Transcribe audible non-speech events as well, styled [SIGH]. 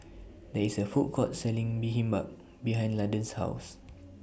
There IS A Food Court Selling [UNINTELLIGIBLE] behind Landen's House